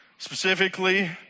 Specifically